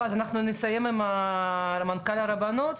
אז אנחנו נסיים עם מנכ"ל הרבנות,